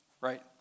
right